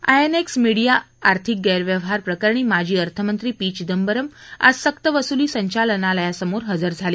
I N X media आर्थिक गैरव्यवहार प्रकरणी माजी अर्थमंत्री पी चिदंबरम आज सक्तवसुली संचालनालयासमोर हजार झाले